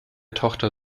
tochter